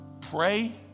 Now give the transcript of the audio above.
Pray